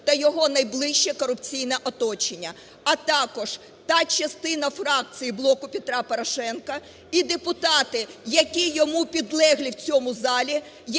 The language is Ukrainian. та його найближче корупційне оточення, а також та частина фракції "Блоку Петра Порошенка" і депутати, які йому підлеглі в цьому залі,